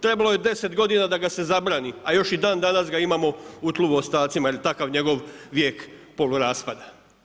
Trebalo je 10 godina da ga se zabrani a još i dandanas ga imamo u tlu u ostacima jer je takav njegov vijek poluraspada.